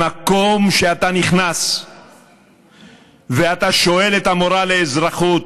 במקום שאתה נכנס ואתה שואל את המורה לאזרחות: